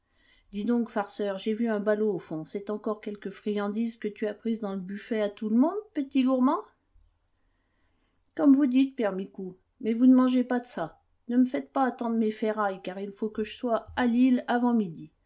donc farceur j'ai vu un ballot au fond c'est encore quelque friandise que tu as prise dans le buffet à tout le monde petit gourmand comme vous dites père micou mais vous ne mangez pas de ça ne me faites pas attendre mes ferrailles car il faut que je sois à l'île avant midi